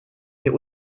wir